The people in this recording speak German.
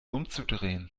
umzudrehen